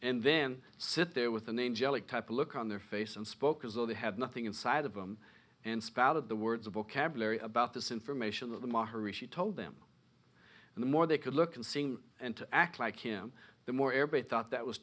and then sit there with a name jelly type look on their face and spoke as though they had nothing inside of them and spouted the words of vocabulary about this information that the maharishi told them and the more they could look and seeing and to act like him the more air but thought that was